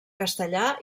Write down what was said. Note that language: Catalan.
castellà